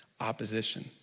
opposition